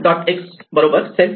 x self